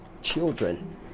children